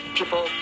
people